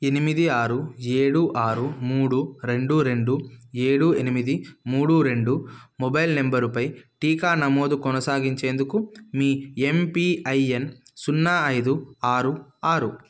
ఎనిమిది ఆరు ఏడు ఆరు మూడు రెండు రెండు ఏడు ఎనిమిది మూడు రెండు మొబైల్ నంబరుపై టీకా నమోదు కొనసాగించేందుకు మీ ఎంపీఐఎన్ సున్నా ఐదు ఆరు ఆరు